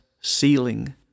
ceiling